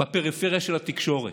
בפריפריה של התקשורת.